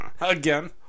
Again